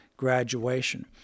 graduation